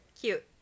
cute